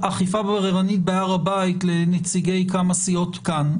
אכיפה בררנית בהר הבית לנציגי כמה סיעות כאן.